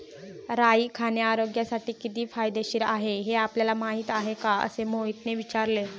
राई खाणे आरोग्यासाठी किती फायदेशीर आहे हे आपल्याला माहिती आहे का? असे मोहितने विचारले